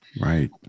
right